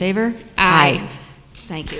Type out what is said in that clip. favor i thank you